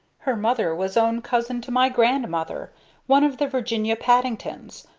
her mother was own cousin to my grandmother one of the virginia paddingtons.